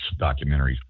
documentaries